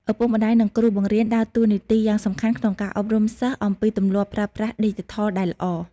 ឪពុកម្តាយ និងគ្រូបង្រៀនដើរតួនាទីយ៉ាងសំខាន់ក្នុងការអប់រំសិស្សអំពីទម្លាប់ប្រើប្រាស់ឌីជីថលដែលល្អ។